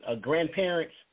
grandparents